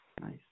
Nice